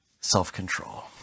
self-control